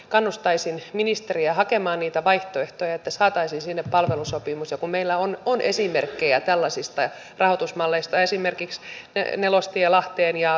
kannustaisin ministeriä hakemaan niitä vaihtoehtoja että se pitää hoitaa erillisellä rahoituksella mutta se tulee olemaan suomen puolustusvoimien historian suurin hankinta